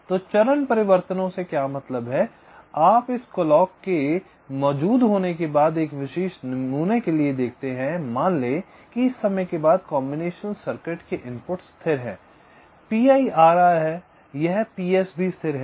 तो चरण परिवर्तनों से क्या मतलब है आप इस क्लॉक के मौजूद होने के बाद एक विशेष नमूने के लिए देखते हैं मान ले कि इस समय के बाद कॉम्बिनेशन सर्किट के इनपुट स्थिर हैं पीआई आ रहा है यह पीएस भी स्थिर है